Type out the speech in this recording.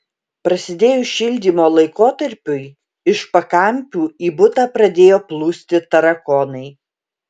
prasidėjus šildymo laikotarpiui iš pakampių į butą pradėjo plūsti tarakonai